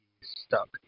stuck